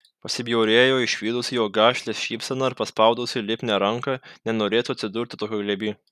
pasibjaurėjo išvydusi jo gašlią šypseną ir paspaudusi lipnią ranką nenorėtų atsidurti tokio glėby